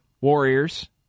Warriors